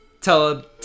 Tell